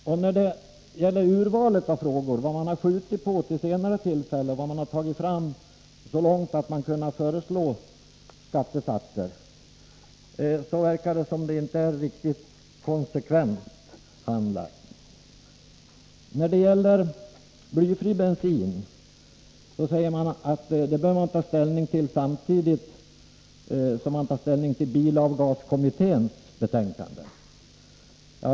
Vidare verkar det som om urvalet av frågor, vad man har skjutit på till senare tillfälle och vad man tagit fram så långt att man kunnat föreslå skattesatser, inte är riktigt konsekvent handlagt. När det gäller blyfri bensin sägs det att man bör ta ställning till den frågan samtidigt som man tar ställning till bilavgaskommitténs betänkande.